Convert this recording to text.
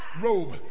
robe